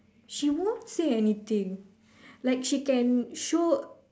she won't say anything like she can show